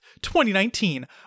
2019